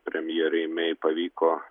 premjerei mei pavyko